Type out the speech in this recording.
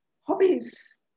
hobbies